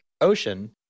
Ocean